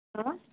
hello